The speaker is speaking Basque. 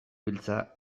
beltza